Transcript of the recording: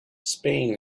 spain